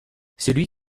celui